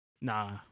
Nah